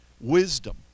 wisdom